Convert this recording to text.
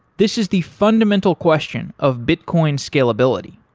this is the fundamental question of bitcoin scalability.